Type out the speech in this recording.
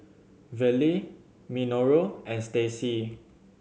Verle Minoru and Staci